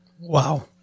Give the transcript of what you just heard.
Wow